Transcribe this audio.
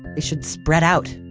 it should spread out,